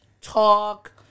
talk